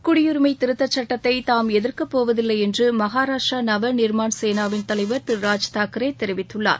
குடியுரிமை திருத்தச்சுட்டத்தை தாம் எதிர்க்கப்போவதில்லை என்று மகாராஷ்டிர நவநிர்மான் சேனாவின் தலைவர் திரு ராஜ்தாக்ரே தெரிவித்துள்ளார்